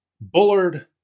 Bullard